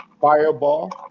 Fireball